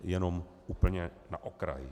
Jenom úplně na okraj.